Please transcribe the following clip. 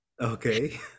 Okay